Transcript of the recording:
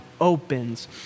opens